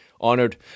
honored